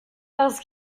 parce